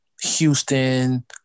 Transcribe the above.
Houston